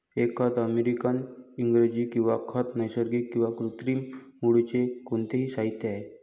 एक खत अमेरिकन इंग्रजी किंवा खत नैसर्गिक किंवा कृत्रिम मूळचे कोणतेही साहित्य आहे